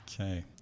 Okay